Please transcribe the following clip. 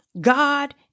God